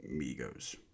Migos